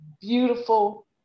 beautiful